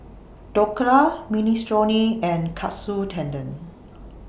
Dhokla Minestrone and Katsu Tendon